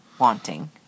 wanting